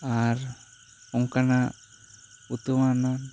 ᱟᱨ ᱚᱝᱠᱟᱱᱟᱜ ᱩᱛᱱᱟᱹᱣᱟᱱ